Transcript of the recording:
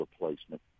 replacement